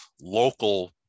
local